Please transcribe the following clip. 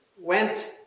went